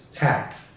act